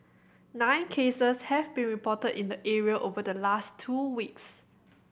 nine cases have been reported in the area over the last two weeks